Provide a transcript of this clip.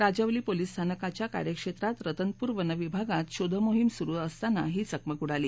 Rajwali police स्थानकाच्या कार्यक्षेत्रात रतनपूर वनविभागात शोधमोहीम सुरु असताना ही चकमक उडाली